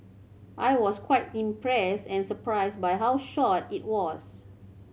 I was quite impressed and surprised by how short it was